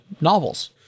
novels